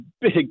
big